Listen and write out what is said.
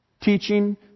Teaching